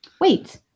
Wait